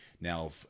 Now